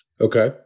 Okay